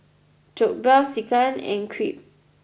Jokbal Sekihan and Crepe